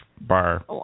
bar